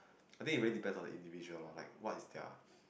I think it very depends on the individual lah like what's their